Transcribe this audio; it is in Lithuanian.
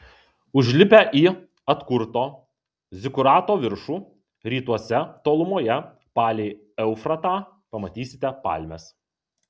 užlipę į atkurto zikurato viršų rytuose tolumoje palei eufratą pamatysite palmes